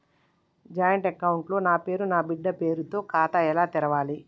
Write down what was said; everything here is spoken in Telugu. జాయింట్ అకౌంట్ లో నా పేరు నా బిడ్డే పేరు తో కొత్త ఖాతా ఎలా తెరవాలి?